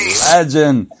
legend